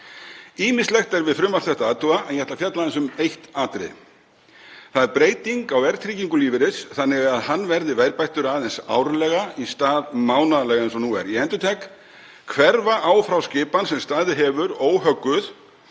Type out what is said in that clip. Ýmislegt er við frumvarp þetta að athuga en ég ætla að fjalla aðeins um eitt atriði. Það er breyting á verðtryggingu lífeyris þannig að hann verði verðbættur árlega í stað mánaðarlega eins og nú er. Ég endurtek: Hverfa á frá skipan sem staðið hefur óhögguð,